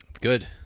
Good